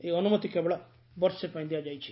ଏହି ଅନୁମତି କେବଳ ବର୍ଷେ ପାଇଁ ଦିଆଯାଇଛି